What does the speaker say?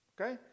Okay